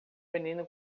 menino